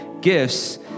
gifts